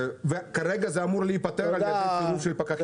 כרגע זה אמור להיפתר על-ידי צירוף של פקחים.